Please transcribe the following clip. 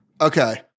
Okay